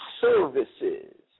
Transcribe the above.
services